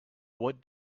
what